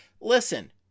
Listen